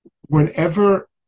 Whenever